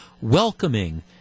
welcoming